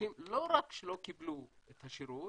אנשים לא רק שלא קיבלו את השירות,